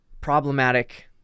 problematic